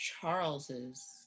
Charles's